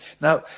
Now